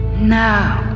now,